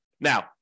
Now